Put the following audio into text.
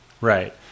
Right